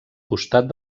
costat